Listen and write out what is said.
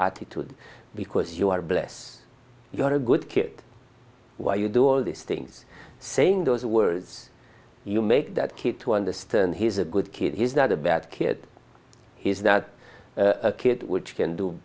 attitude because you are bless you got a good kid while you do all these things saying those words you make that kid to understand he's a good kid he is not a bad kid he is not a kid which can do